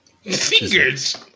Fingers